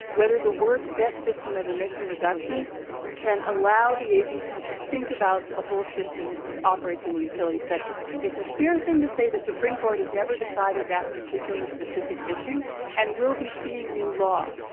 whether the words best system of emission reduction can allow the agency to think about the whole system it operates in the utility sector, it's a fair thing to say the supreme court has never decided that particular specific issue and will be seeing new law,